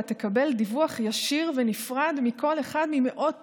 תקבל דיווח ישיר ונפרד מכל אחד ממאות